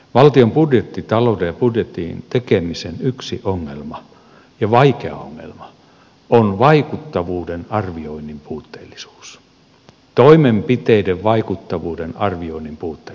valtion budjettitalouden ja budjetin tekemisen yksi ongelma ja vaikea ongelma on toimenpiteiden vaikuttavuuden arvioinnin puutteellisuus